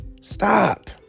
Stop